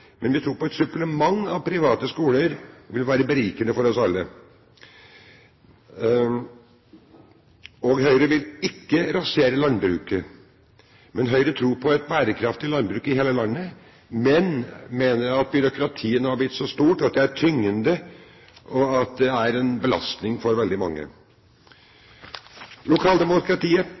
men vi tror på at et supplement av private skoler vil være berikende for oss alle. Og Høyre vil ikke rasere landbruket. Høyre tror på et bærekraftig landbruk i hele landet, men mener at byråkratiet er blitt så stort at det er tyngende, og at det er en belastning for veldig mange. Lokaldemokratiet